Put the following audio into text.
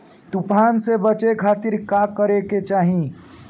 तूफान से बचे खातिर का करे के चाहीं?